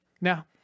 Now